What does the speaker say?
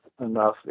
enough